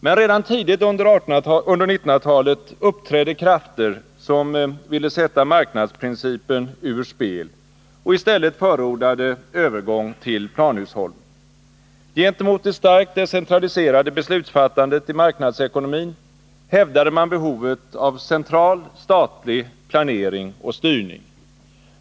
Men redan tidigt under 1900-talet uppträdde krafter som ville sätta marknadsprincipen ur spel och i stället förordade övergång till planhushållning. Gentemot det starkt decentraliserade beslutsfattandet i marknadsekonomin hävdade man behovet av central statlig planering och styrning.